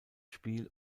spiel